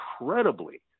incredibly